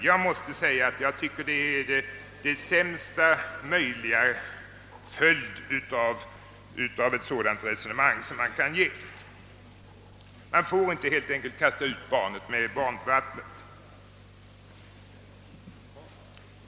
Jag tycker det är den sämsta möjliga slutsats man kan dra av ett sådant resonemang. Man får helt enkelt inte kasta ut barnet med badvattnet.